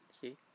See